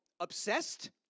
obsessed